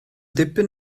dipyn